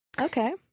okay